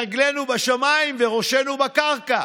רגלינו בשמיים וראשנו בקרקע.